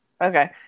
Okay